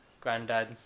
granddad